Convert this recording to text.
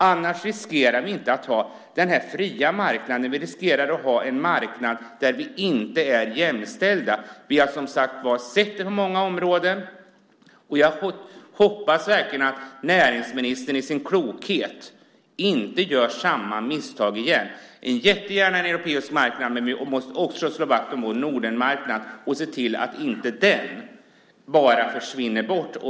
Annars riskerar vi att inte få den fria marknaden. Vi riskerar att få en marknad där vi inte är jämställda. Vi har sett det på många områden. Jag hoppas verkligen att näringsministern i sin klokhet inte gör samma misstag igen. Jag ser jättegärna en europeisk marknad. Men vi måste också slå vakt om vår Nordenmarknad och se till att den inte bara försvinner bort.